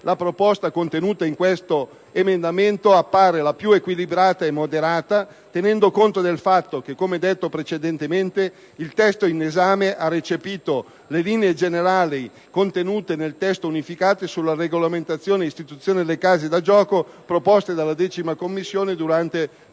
quella contenuta in questo emendamento appare la più equilibrata e moderata, tenendo conto del fatto che, come detto precedentemente, il testo in esame ha recepito le linee generali contenute nel testo unificato sulla regolamentazione e istituzione delle case da gioco proposto dalla 10a Commissione durante la